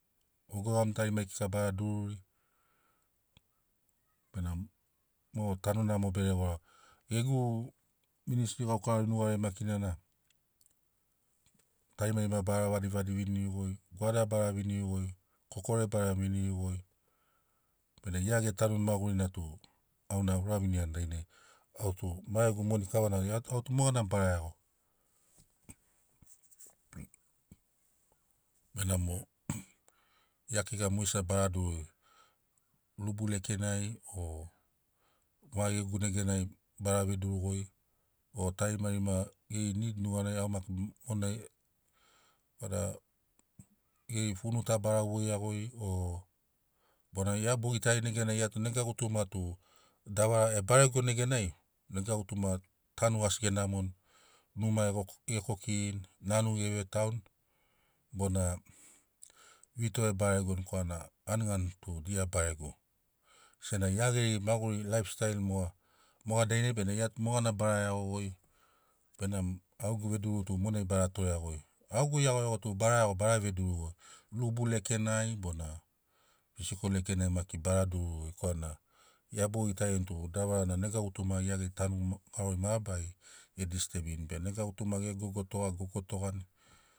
Ogoḡami tarimari kika bara dururi benamo mo tanu namo bere ḡora ḡegu ministri ḡaukarari nuḡariai maki na- na tarimarima bara vadivadi viniriḡgoi goada bara viniriḡoi kokore bara viniriḡoi bena ḡia ḡetanuni maḡurina tu auna auraviniani dainai au tu maḡegu moni kavana au tu moḡana bara iaḡo benamo ḡia kika moḡesina bara dururi lubu lekenai o maḡegu neganai bara veduruḡoi o tarimarima ḡeri nid nuḡanai au maki monai vada ḡeri funu ta bara voiaḡoi o bona ḡia boḡitarini neganai ḡia tu nega ḡutuma tu davara e baregoni neganai nega ḡutuma tanu asi ḡenamoni numa ḡekokirini nanu ḡevetaun bona vito ebaregoni korana ḡaniḡani tu dia barego. Senaḡi ḡia ḡeri maḡuri laif stail moḡa- moḡa dainai benamo gia tu moḡana bara iaḡoḡoi benamo auḡegu veduru to monai bara toreaḡoi. Au ḡegu iaḡoiaḡo tu bara iaḡo bara veduruḡoi lubu rekenai bona fisikol lekenai maki bara dururiḡoi korana ḡia buḡitarini tu davara na nega ḡutuma ḡia ḡeri tanu ḡarori mabarari e distebirini be nega ḡutuma ḡegogo toḡa gogotoḡani.